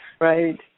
Right